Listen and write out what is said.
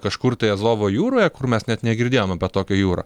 kažkur tai azovo jūroje kur mes net negirdėjom apie tokią jūrą